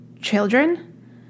children